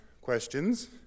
questions